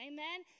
Amen